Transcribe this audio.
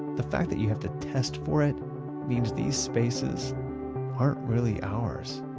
the fact that you have to test for it means these spaces aren't really ours